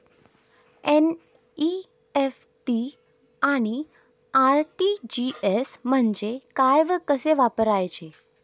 NEFT आणि RTGS म्हणजे काय व कसे वापरायचे?